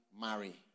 marry